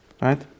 right